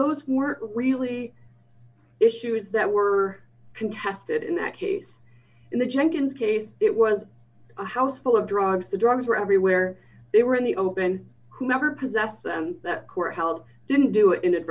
those were really issues that were contested in d that case in the jenkins case it was a house full of drugs the drugs were everywhere they were in the open whoever possessed them that court held didn't do it